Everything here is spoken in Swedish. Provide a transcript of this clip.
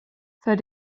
för